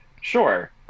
Sure